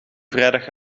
vrijdag